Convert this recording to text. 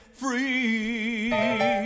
free